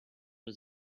was